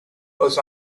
was